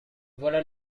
voilà